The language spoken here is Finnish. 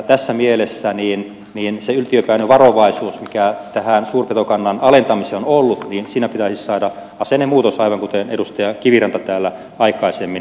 tässä mielessä siihen yltiöpäiseen varovaisuuteen mikä tähän suurpetokannan alentamiseen on ollut pitäisi saada asennemuutos aivan kuten edustaja kiviranta täällä aikaisemmin totesi